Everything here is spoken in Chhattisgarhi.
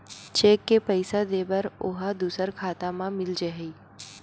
चेक से पईसा दे बर ओहा दुसर खाता म मिल जाही?